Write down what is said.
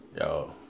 yo